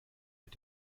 mit